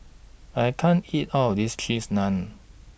I can't eat All of This Cheese Naan